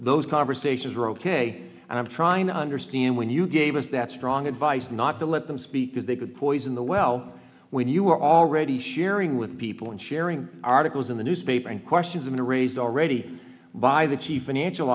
those conversations were ok and i'm trying to understand when you gave us that strong advice not to let them speak because they could poison the well when you were already sharing with people and sharing articles in the newspaper and questions have been raised already by the chief financial